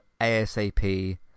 ASAP